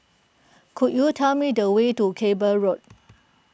could you tell me the way to Cable Road